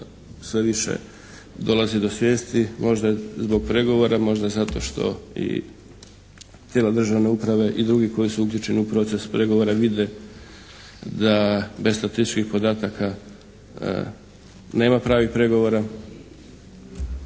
sve više dolazi do svijesti, možda i zbog pregovora, možda zato što i cijela državna uprava i drugi koji su uključeni u proces pregovora vide da bez statističkih podataka nema pravih pregovora.